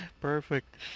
Perfect